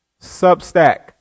Substack